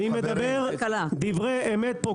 אני מדבר דברי אמת פה.